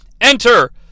Enter